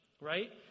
right